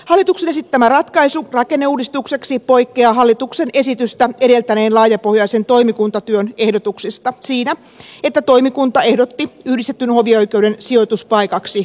hallituksen esittämä ratkaisu rakenneuudistukseksi poikkeaa hallituksen esitystä edeltäneen laajapohjaisen toimikuntatyön ehdotuksista siinä että toimikunta ehdotti yhdistetyn hovioikeuden sijoituspaikaksi kouvolaa